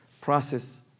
process